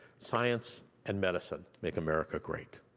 science and medicine make america great.